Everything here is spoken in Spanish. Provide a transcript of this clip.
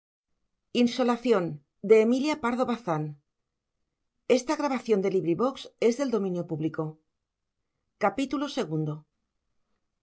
emilia pardo bazán